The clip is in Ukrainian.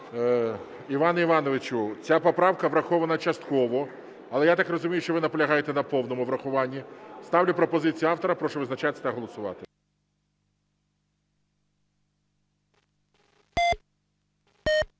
Іване Івановичу, ця поправка врахована частково. Але я так розумію, що ви наполягаєте на повному врахуванні. Ставлю пропозицію автора. Прошу визначатись та голосувати.